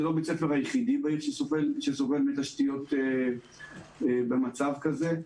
זה לא בית הספר היחיד בעיר שסובל מתשתיות במצב כזה.